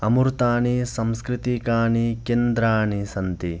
अमृतानि संस्कृतिकानि केन्द्राणि सन्ति